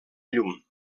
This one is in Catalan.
llum